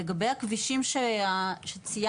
לגבי הכבישים שציינת,